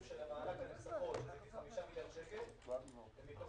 של המענק --- 5 מיליארד שקלים --- לא.